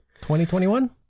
2021